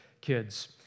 kids